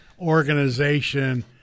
organization